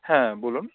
হ্যাঁ বলুন